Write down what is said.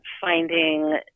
finding